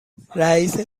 رییس